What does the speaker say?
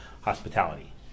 hospitality